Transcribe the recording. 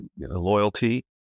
loyalty